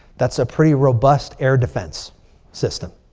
that's a pretty robust air defense system.